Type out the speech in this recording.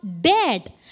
dead